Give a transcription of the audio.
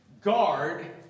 guard